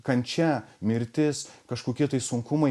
kančia mirtis kažkokie tai sunkumai